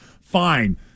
fine